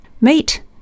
Meet